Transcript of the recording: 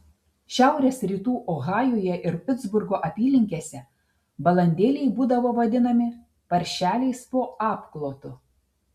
šiaurės rytų ohajuje ir pitsburgo apylinkėse balandėliai būdavo vadinami paršeliais po apklotu